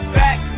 back